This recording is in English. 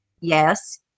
yes